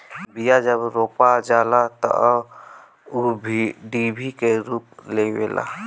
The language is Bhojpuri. बिया जब रोपा जाला तअ ऊ डिभि के रूप लेवेला